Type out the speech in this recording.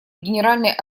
генеральной